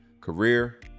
career